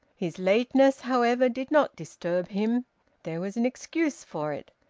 his lateness, however, did not disturb him there was an excuse for it.